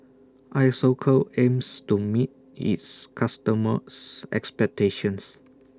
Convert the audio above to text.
Isocal aims to meet its customers' expectations